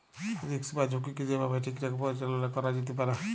risk বা ঝুঁকিকে যে ভাবে ঠিকঠাক পরিচাললা ক্যরা যেতে পারে